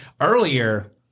earlier